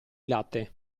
latte